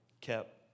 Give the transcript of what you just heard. kept